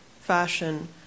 fashion